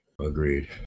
Agreed